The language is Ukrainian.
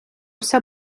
все